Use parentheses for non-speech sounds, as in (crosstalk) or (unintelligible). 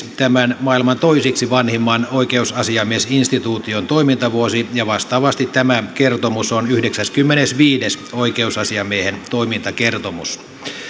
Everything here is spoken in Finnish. (unintelligible) tämän maailman toiseksi vanhimman oikeusasiamiesinstituution yhdeksäskymmenesviides toimintavuosi ja vastaavasti tämä kertomus on yhdeksäskymmenesviides oikeusasiamiehen toimintakertomus